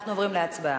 אנחנו עוברים להצבעה.